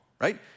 right